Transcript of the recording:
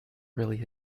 really